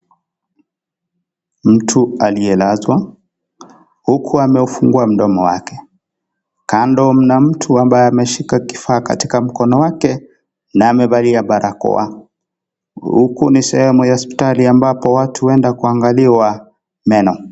Mtu aliyelazwa, huku amefungua mdomo wake. Kando mna mtu ambaye ameshika kifaa katika mkono wake na amevalia barakoa. Huku ni sehemu ya hospitali ambapo watu huenda kuangaliwa meno.